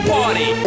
Party